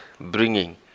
bringing